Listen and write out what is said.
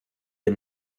the